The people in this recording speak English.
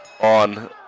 on